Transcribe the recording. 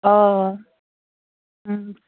অঁ